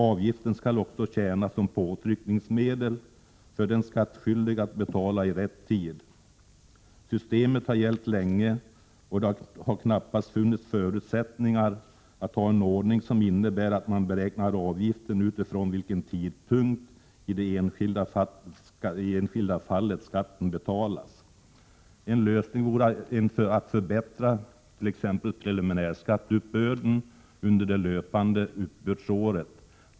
Avgiften skall också tjäna som påtryckningsmedel för den skattskyldige att betala i rätt tid. Systemet har gällt länge, och det har knappast funnits förutsättningar att ha en ordning som innebär att man beräknar avgiften utifrån den tidpunkt vid vilken skatten betalas i det enskilda fallet. En lösning vore att förbättra preliminärskatteuppbörden under det löpande uppbördsåret.